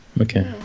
okay